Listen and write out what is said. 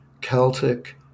Celtic